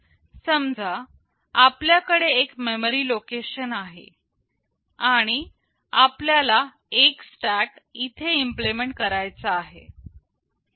समजा आपल्याकडे एक मेमरी लोकेशन आहे आणि आपल्याला एक स्टॅक इथे इम्प्लिमेंट करायचा आहे